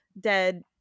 dead